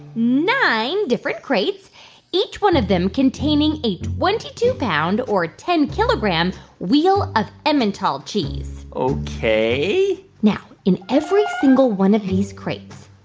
nine different crates each one of them containing a twenty two pound or ten kilogram wheel of emmental cheese ok now, in every single one of these crates,